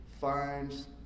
finds